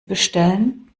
bestellen